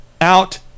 out